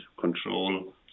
control